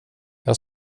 jag